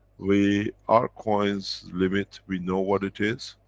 we, our coins limit, we know what it is.